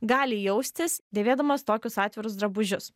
gali jaustis dėvėdamos tokius atvirus drabužius